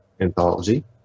anthology